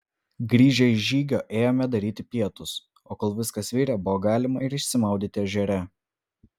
grįžę iš žygio ėjome daryti pietus o kol viskas virė buvo galima ir išsimaudyti ežere